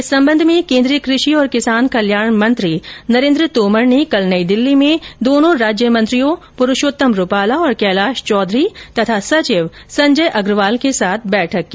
इस संबंध मे केन्द्रीय कृषि और किसान कल्याण मंत्री नरेन्द्र तोमर ने कल नई दिल्ली में दोनो राज्यमंत्रियों पुरूषोत्तम रूपाला और कैलाश चौधरी तथा सचिव संजय अग्रवाल के साथ बैठक की